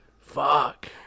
Fuck